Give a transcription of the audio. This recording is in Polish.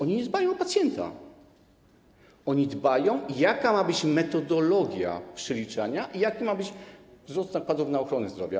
Oni nie dbają o pacjenta, oni dbają o to, jaka ma być metodologia przeliczania i jaki ma być wzrost nakładów na ochronę zdrowia.